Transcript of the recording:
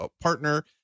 partner